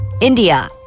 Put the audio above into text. India